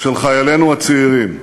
של חיילינו הצעירים,